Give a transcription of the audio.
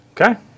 Okay